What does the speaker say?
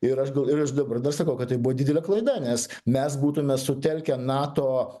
ir aš ir aš dabar dar sakau kad tai buvo didelė klaida nes mes būtume sutelkę nato